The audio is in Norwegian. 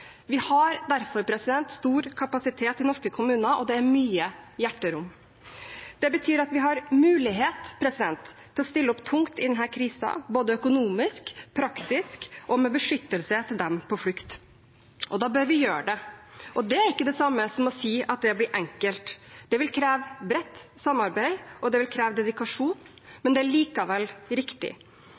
Vi har derfor stor kapasitet i norske kommuner, og det er mye hjerterom. Det betyr at vi har mulighet til å stille opp tungt i denne krisen, både økonomisk, praktisk og med beskyttelse til dem på flukt, og da bør vi gjøre det. Det er ikke det samme som å si at det blir enkelt. Det vil kreve bredt samarbeid, og det vil kreve dedikasjon, men det er likevel riktig.